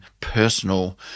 personal